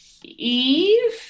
Eve